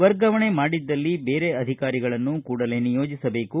ವರ್ಗಾವಣೆ ಮಾಡಿದ್ದಲ್ಲಿ ಬೇರೆ ಅಧಿಕಾರಿಗಳನ್ನು ಕೂಡಲೇ ನಿಯೋಜಿಸಬೇಕು